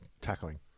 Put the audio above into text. tackling